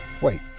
Wait